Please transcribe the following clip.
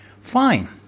Fine